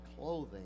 clothing